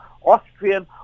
Austrian